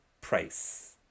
Price